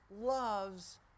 loves